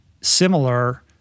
similar